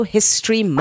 History